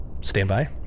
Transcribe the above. standby